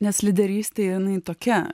nes lyderystė jinai tokia